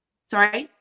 sorry?